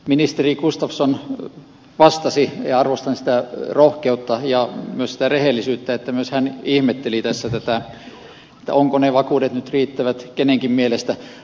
ministeri gustafsson vastasi ja arvostan sitä rohkeutta ja myös sitä rehellisyyttä että myös hän ihmetteli tässä tätä ovatko ne vakuudet nyt riittävät kenenkin mielestä